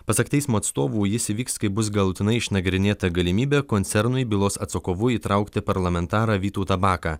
pasak teismo atstovų jis įvyks kai bus galutinai išnagrinėta galimybė koncernui bylos atsakovu įtraukti parlamentarą vytautą baką